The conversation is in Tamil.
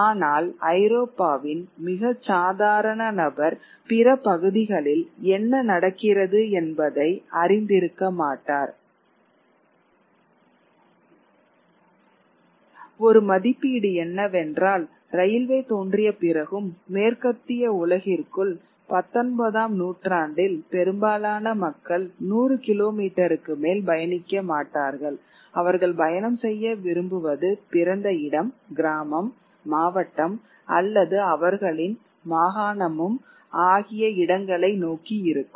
ஆனால் ஐரோப்பாவின் மிகச் சாதாரண நபர் பிற பகுதிகளில் என்ன நடக்கிறது என்பதை அறிந்திருக்க மாட்டார் ஒரு மதிப்பீடு என்னவென்றால் ரயில்வே தோன்றிய பிறகும் மேற்கத்திய உலகிற்குள் பத்தொன்பதாம் நூற்றாண்டில் பெரும்பாலான மக்கள் நூறு கிலோமீட்டருக்கு மேல் பயணிக்க மாட்டார்கள் அவர்கள் பயணம் செய்ய விரும்புவது பிறந்த இடம் கிராமம் மாவட்டம் அல்லது அவர்களின் மாகாணமும் ஆகிய இடங்களை நோக்கி இருக்கும்